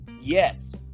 yes